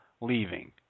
leaving